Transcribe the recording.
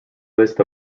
list